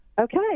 Okay